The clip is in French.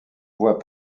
voie